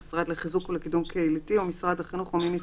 המשרד לחיזוק ולקידום קהילתי או משרד החינוך או מי מטעמם.